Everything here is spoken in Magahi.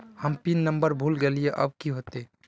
हम पिन नंबर भूल गलिऐ अब की होते?